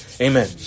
Amen